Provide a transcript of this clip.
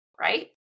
right